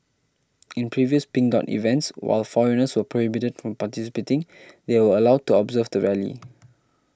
in previous Pink Dot events while foreigners were prohibited from participating they were allowed to observe the rally